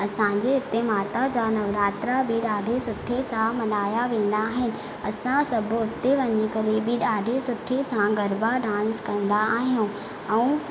असांजे हिते माता जा नवरात्रा बि ॾाढे सुठे सां मनाया वेंदा आहिनि असां सभु हुते वञी करे बि ॾाढे सुठे सां गरबा डांस कंदा आहियूं